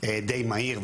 באופן די מהיר,